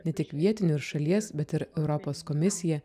ne tik vietiniu ir šalies bet ir europos komisija